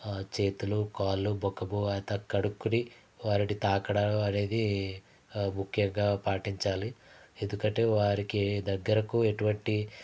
చేతులు కాళ్లు ముఖము అంతా కడుక్కొని వారిని తాకడ అనేది ముఖ్యంగా పాటించాలి ఎందుకంటే వారికి దగ్గరకు ఎటువంటి